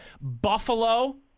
Buffalo